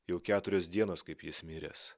jau keturios dienos kaip jis miręs